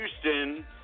Houston